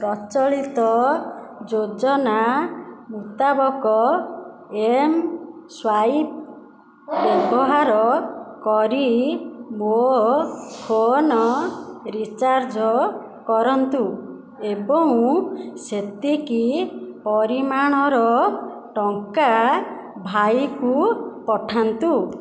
ପ୍ରଚଳିତ ଯୋଜନା ମୁତାବକ ଏମ୍ସ୍ୱାଇପ୍ ବ୍ୟବହାର କରି ମୋ ଫୋନ୍ ରିଚାର୍ଜ୍ କରନ୍ତୁ ଏବଂ ସେତିକି ପରିମାଣର ଟଙ୍କା ଭାଇକୁ ପଠାନ୍ତୁ